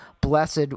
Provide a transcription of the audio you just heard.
blessed